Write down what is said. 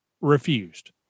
refused